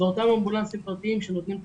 אלה הם אותם אמבולנסים פרטיים שנותנים את